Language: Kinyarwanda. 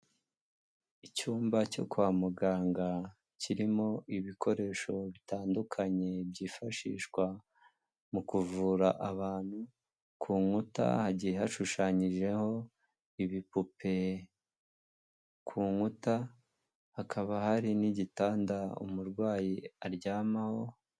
Icyumba cyo kwa muganga kirimo ibikoresho bitandukanye byifashishwa mu kuvura abantu, ku nkuta hagiye hashushanyijeho ibipupe, ku nkuta hakaba hari n'igitanda umurwayi aryamaho.